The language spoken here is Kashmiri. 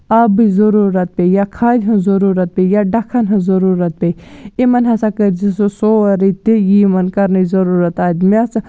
آبٕچ ضُروٗرَت پے یا کھادِ ہٕنٛز ضُروٗرَت پے یا ڈَکھَن ہٕنٛز ضُروٗرَت پے یِمَن ہسا کٔرۍزِ سُہ سورٕے تہِ یِہ یِمَن کَرنٕچ ضُروٗرَت آدِ مےٚ ہسا